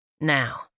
Now